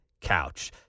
couch